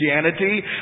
Christianity